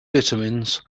vitamins